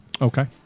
Okay